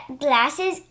glasses